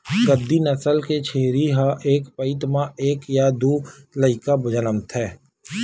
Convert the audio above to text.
गद्दी नसल के छेरी ह एक पइत म एक य दू लइका जनमथे